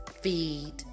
feed